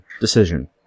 decision